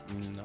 no